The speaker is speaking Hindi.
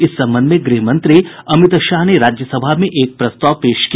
इस संबंध में गृह मंत्री अमित शाह ने राज्यसभा में एक प्रस्ताव पेश किया